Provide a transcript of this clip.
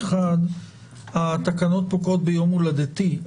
הצבעה בעד התקנות פה אחד הצעת תקנות סמכויות מיוחדות להתמודדות עם